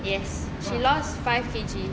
yes she lost five K_G